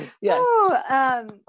Yes